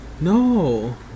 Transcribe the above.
No